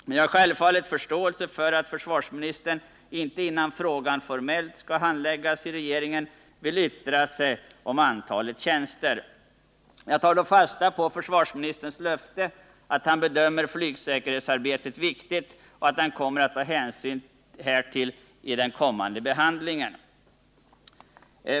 Men jag har självfallet förståelse för att försvarsministern inte innan frågan formellt skall handläggas i regeringen vill yttra sig om antalet tjänster. Jag tar dock fasta på försvarsministerns löfte att han bedömer flygsäkerhetsarbetet som viktigt och att han kommer att ta hänsyn härtill i den kommande behandlingen.